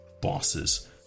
bosses